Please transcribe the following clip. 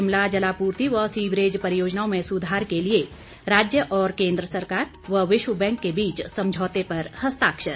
शिमला जलापूर्ति व सीवरेज परियोजनाओं में सुधार के लिए राज्य और केंद्र सरकार व विश्व बैंक के बीच समझौते पर हस्ताक्षर